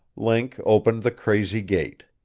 link opened the crazy gate.